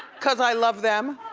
cause i love them.